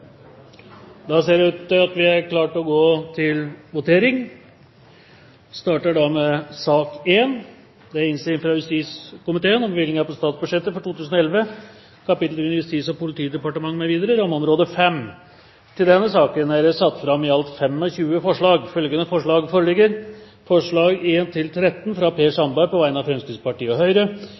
Da ser det ut til at vi er klare til å gå til votering. Til denne saken er det satt fram i alt 25 forslag. Det er forslagene nr. 1–13, fra Per Sandberg på vegne av Fremskrittspartiet og Høyre